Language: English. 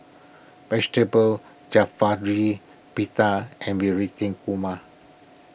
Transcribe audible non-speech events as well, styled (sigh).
Vegetable (unintelligible) Pita and (unintelligible) Korma